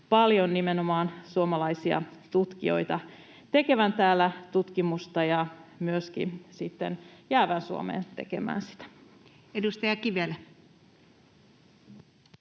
paljon nimenomaan suomalaisia tutkijoita tekemään täällä tutkimusta ja myöskin sitten jäävän Suomeen tekemään sitä. [Speech